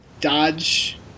dodge